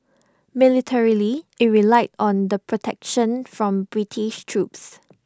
militarily IT relied on the protection from British troops